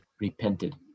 repented